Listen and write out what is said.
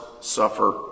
suffer